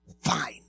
fine